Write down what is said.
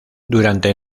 durante